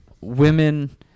women